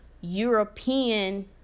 European